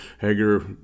Hager